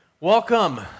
Welcome